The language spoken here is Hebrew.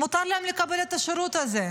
מותר להם לקבל את השירות הזה.